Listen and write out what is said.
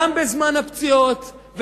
גם בזמן הפציעות,